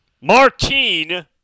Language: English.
Martine